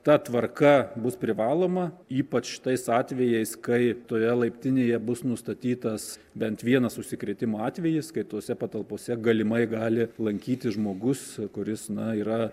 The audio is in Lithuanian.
ta tvarka bus privaloma ypač tais atvejais kai toje laiptinėje bus nustatytas bent vienas užsikrėtimo atvejis kai tose patalpose galimai gali lankytis žmogus kuris na yra